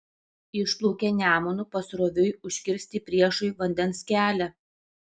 išplaukė nemunu pasroviui užkirsti priešui vandens kelią